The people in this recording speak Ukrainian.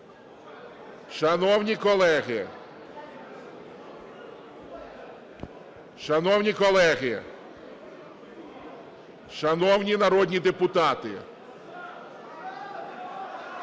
шановні колеги, шановні народні депутати,